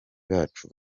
bacu